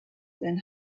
than